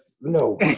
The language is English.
no